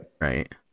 Right